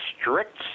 strict